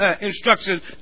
instructions